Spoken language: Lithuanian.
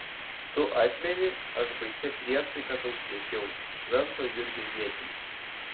tu atmeni aš baisia priesaika tau siekiau švento jurgio ietimi